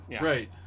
right